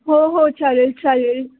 हो हो चालेल चालेल